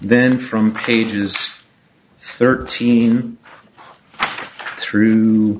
then from pages thirteen through